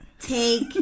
Take